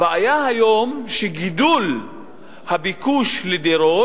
הבעיה היום היא שגידול הביקוש לדירות